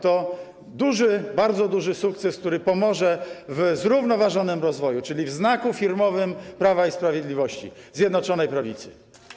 To bardzo duży sukces, który pomoże w zrównoważonym rozwoju, czyli w znaku firmowym Prawa i Sprawiedliwości, Zjednoczonej Prawicy.